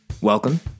Welcome